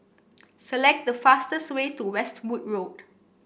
select the fastest way to Westwood Road